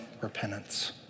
repentance